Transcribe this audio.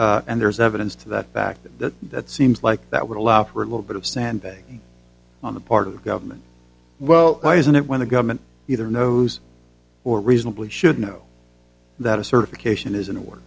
certification and there's evidence to that fact that that seems like that would allow for a little bit of sandbag on the part of the government well why isn't it when the government either knows or reasonably should know that a certification is an awar